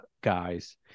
guys